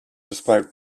despite